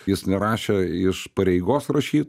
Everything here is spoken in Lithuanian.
jis nerašė iš pareigos rašyt